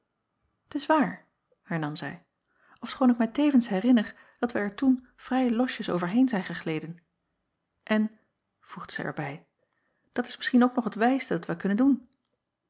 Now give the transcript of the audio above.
t s waar hernam zij ofschoon ik mij tevens herinner dat wij er toen vrij losjes overheen zijn gegle acob van ennep laasje evenster delen den en voegde zij er bij dat is misschien ook nog het wijste dat wij doen